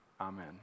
Amen